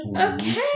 Okay